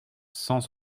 cent